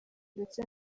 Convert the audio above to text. ndetse